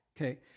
Okay